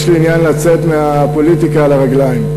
יש לי עניין לצאת מהפוליטיקה על הרגליים,